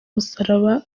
umusaraba